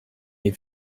mes